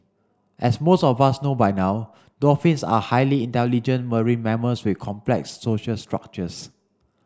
as most of us know by now dolphins are highly intelligent marine mammals with complex social structures